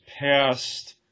past